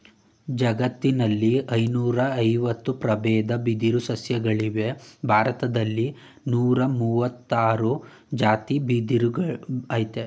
ಜಗತ್ತಿನಲ್ಲಿ ಐನೂರಐವತ್ತು ಪ್ರಬೇದ ಬಿದಿರು ಸಸ್ಯಗಳಿವೆ ಭಾರತ್ದಲ್ಲಿ ನೂರಮುವತ್ತಾರ್ ಜಾತಿ ಬಿದಿರಯ್ತೆ